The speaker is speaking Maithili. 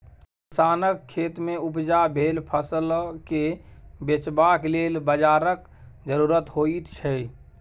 किसानक खेतमे उपजा भेल फसलकेँ बेचबाक लेल बाजारक जरुरत होइत छै